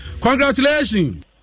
Congratulations